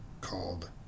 called